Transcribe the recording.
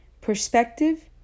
perspective